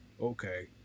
Okay